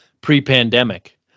pre-pandemic